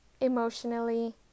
emotionally